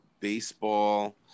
baseball